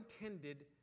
intended